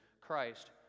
Christ